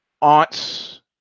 aunts